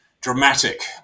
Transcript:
dramatic